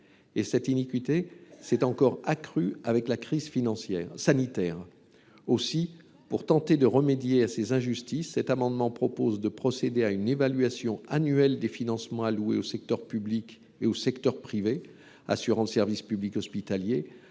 Cette iniquité s’est encore accrue avec la crise sanitaire. Aussi, pour tenter de remédier à ces injustices, cet amendement a pour objet de procéder à une évaluation annuelle, d’une part, des financements alloués au secteur public et au secteur privé assurant le service public hospitalier,